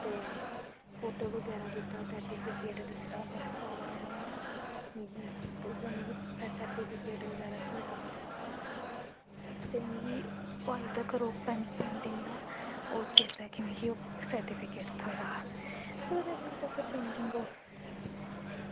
ते फोटो बगैरा दित्ता सर्टिफिकेट दित्ता उनैं फस्ट आह्ला मिगी ते उसलै मिगी सर्टिफिकेट थ्होया हा ते मिगी अज़ें तक्कर ओह् पेंटिंग दा चेत्ता ऐ कि ओह् पेंटिंग दा मिगी ओह् सर्टिफिकेट थ्होया हा ते ओह्दे बाद असैं पेंटिंग टैंथ